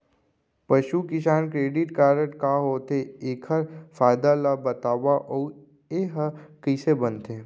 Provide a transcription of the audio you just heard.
पसु किसान credit card का होथे, एखर फायदा ला बतावव अऊ एहा कइसे बनथे?